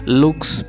looks